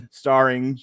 starring